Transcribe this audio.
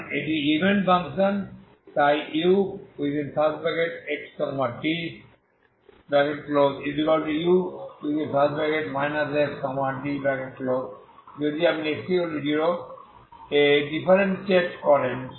কারণ এটি একটি ইভেন ফাংশন তাই uxtu xt যদি আপনি x0 এ ডিফারেন্সিয়েট করেন